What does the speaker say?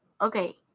Okay